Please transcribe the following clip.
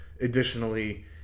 additionally